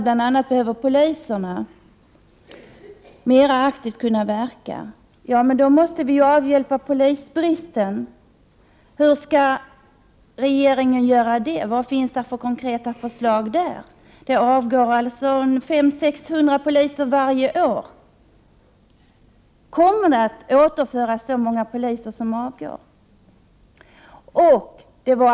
Bl.a. behöver poliserna kunna verka mer aktivt. Men då måste vi avhjälpa polisbristen. Hur skall regeringen göra det? Vilka konkreta förslag finns? Avgången är 500-600 poliser varje år. Kommer lika många poliser som avgår att åter tillföras?